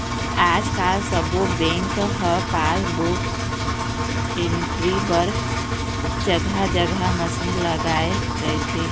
आजकाल सब्बो बेंक ह पासबुक एंटरी बर जघा जघा मसीन लगाए रहिथे